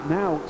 now